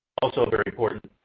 also, very important